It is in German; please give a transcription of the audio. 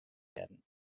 werden